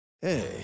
Hey